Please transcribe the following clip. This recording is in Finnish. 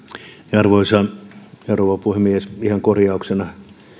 arvoisa rouva puhemies ihan korjauksena